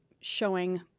showing